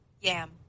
yam